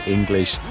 English